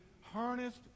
harnessed